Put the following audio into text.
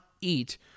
eat